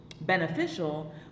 beneficial